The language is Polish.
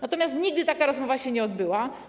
Natomiast nigdy taka rozmowa się nie odbyła.